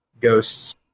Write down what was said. ghost's